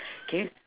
can you se~